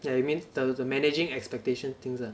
yeah you mean the managing expectations things lah